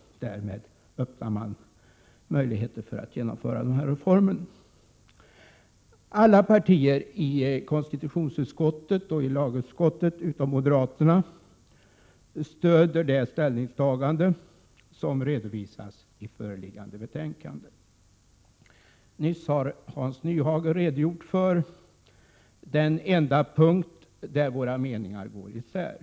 Därmed öppnar man möjligheter att genomföra den här reformen. Alla partier i konstitutionsutskottet och i lagutskottet utom moderaterna stödjer det ställningstagande som redovisas i föreliggande betänkande. Nyss har Hans Nyhage redogjort för den enda punkt där våra meningar går isär.